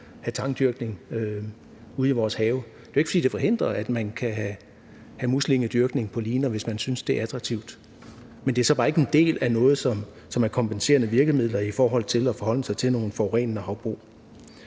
kan have tangdyrkning ude i vores have. Det er jo ikke, fordi det forhindrer, at man kan have muslingedyrkning på liner, hvis man synes, det er attraktivt. Men det er så bare ikke en del af noget, som er kompenserende virkemidler i forhold til at forholde sig til nogle forurenende havbrug.